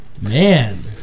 Man